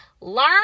Learn